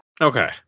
Okay